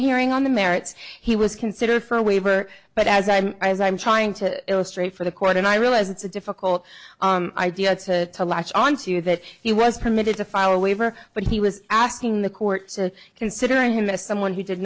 hearing on the merits he was considered for a waiver but as i'm as i'm trying to illustrate for the court and i realize it's a difficult idea to latch on to that he was permitted to file a waiver but he was asking the court considering him as someone who did